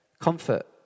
comfort